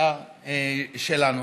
הסיעה שלנו,